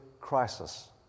crisis